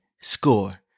Score